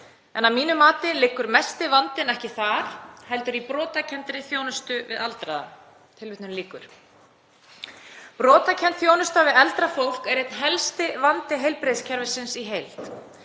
En að mínu mati liggur mesti vandinn ekki þar heldur í brotakenndri þjónustu við aldraða. Brotakennd þjónusta við eldra fólk er einn helsti vandi heilbrigðiskerfisins í heild.